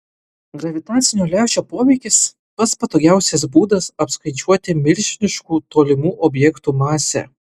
gravitacinio lęšio poveikis pats patogiausias būdas apskaičiuoti milžiniškų tolimų objektų masę